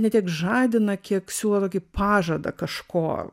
ne tiek žadina kiek siūlo tokį pažadą kažko